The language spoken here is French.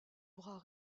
bras